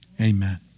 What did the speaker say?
amen